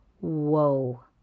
Whoa